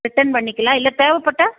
return பண்ணிக்கலாம் இல்லை தேவைப்பட்டா